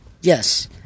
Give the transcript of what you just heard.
yes